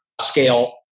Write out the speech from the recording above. scale